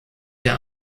der